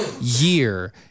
year